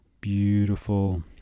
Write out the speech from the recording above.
beautiful